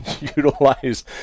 utilize